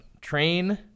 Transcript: Train